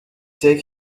take